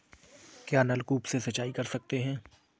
क्या नलकूप से सिंचाई कर सकते हैं?